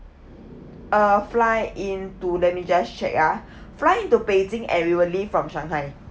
uh fly into let me just check uh fly into beijing and we will leave from shanghai